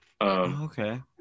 Okay